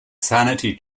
sanity